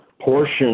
portion